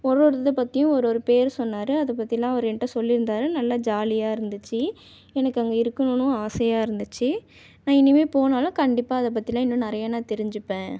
ஒரு ஒரு இதைப் பற்றியும் ஒரு ஒரு பேர் சொன்னாரு அது பற்றிலாம் அவர் என்கிட்ட சொல்லியிருந்தாரு நல்லா ஜாலியாக இருந்துச்சு எனக்கு அங்கே இருக்கணுன்னும் ஆசையாக இருந்துச்சு நான் இனிமேல் போனாலும் கண்டிப்பாக அதை பற்றிலாம் இன்னும் நிறையா நான் தெரிஞ்சுப்பேன்